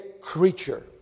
creature